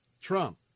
Trump